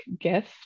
gift